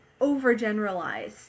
overgeneralize